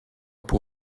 pour